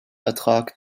ertrag